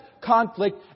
conflict